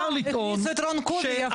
לטעון --- אוה, הכניסו את רון קובי, יפה.